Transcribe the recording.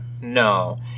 No